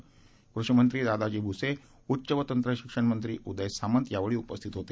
यावेळी कृषीमंत्री दादाजी भुसे उच्च व तंत्रशिक्षण मंत्री उदय सामंत उपस्थित होते